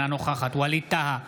אינה נוכחת ווליד טאהא,